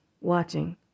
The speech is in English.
Watching